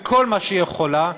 וכל מה שהיא יכולה,